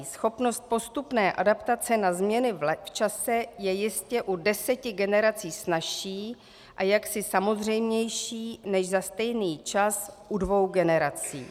Schopnost postupné adaptace na změny v čase je jistě u deseti generací snazší a jaksi samozřejmější než za stejný čas u dvou generací.